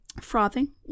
frothing